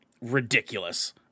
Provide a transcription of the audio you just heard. ridiculous